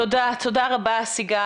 תודה רבה, סיגל.